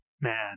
man